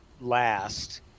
last